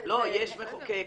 יש מחוקק,